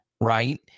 Right